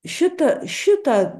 šitą šitą